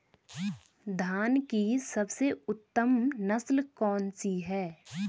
धान की सबसे उत्तम नस्ल कौन सी है?